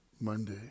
Monday